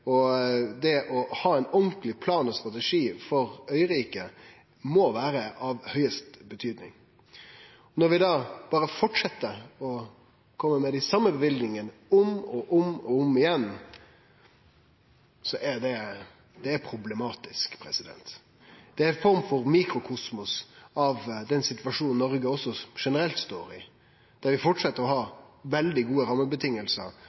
og det å ha ein ordentleg plan og strategi for øyriket må vere av høgste betydning. Når vi da berre held fram med å kome med dei same løyvingane om og om igjen, er det problematisk. Det er ei form for mikrokosmos av den situasjonen Noreg også generelt står i, der vi held fram med å ha veldig gode